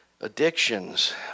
addictions